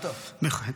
קארין הייתה והצביעה.